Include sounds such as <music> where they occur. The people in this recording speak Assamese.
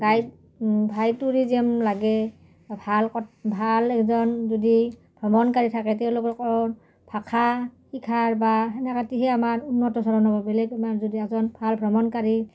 গাইড ভাল টুৰিজেম লাগে ভাল এজন যদি ভ্ৰমণকাৰী থাকে তেওঁলোকৰ ভাষা শিক্ষাৰ বা <unintelligible> আমাৰ <unintelligible> বেলেগ আমাৰ যদি এজন ভাল ভ্ৰমণকাৰী